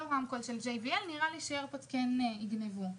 לא רמקול של GBL. נראה לי שכן יגנבו איירפודס.